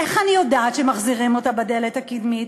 איך אני יודעת שמחזירים אותה בדלת הקדמית?